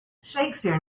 shakespeare